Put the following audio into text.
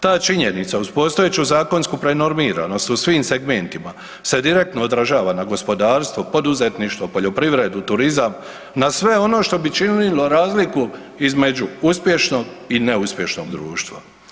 Ta činjenica uz postojeću zakonsku prenormiranost u svim segmentima se direktno odražava na gospodarstvo, poduzetništvo, poljoprivredu, turizam, na sve ono što bi činilo razliku između uspješnog i neuspješnog društva.